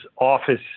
office